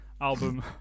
album